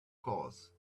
course